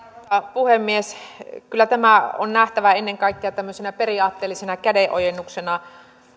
puhemies kyllä tämä on nähtävä ennen kaikkea tämmöisenä periaatteellisena kädenojennuksena